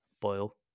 boil